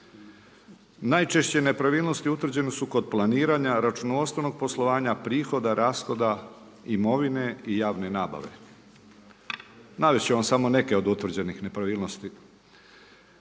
Najčešće nepravilnosti utvrđene su kod planiranja, računovodstvenog poslovanja, prihoda, rashoda imovine i javne nabave. Navest ću vam samo neke od utvrđenih nepravilnosti.